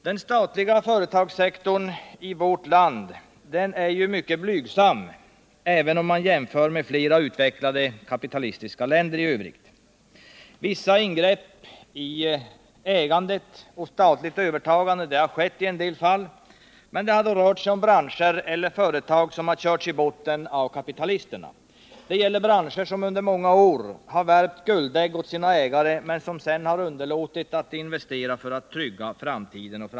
Den statliga företagssektorn i vårt land är blygsam även om man jämför med flera utvecklade kapitalistiska länder. Vissa ingrepp i ägandet och statligt övertagande har skett i en del fall, men det har då rört sig om branscher eller företag som har körts i botten av kapitalisterna. Det gäller branscher som under många år har värpt guldägg åt sina ägare, vilka sedan underlåtit att investera för att trygga framtiden.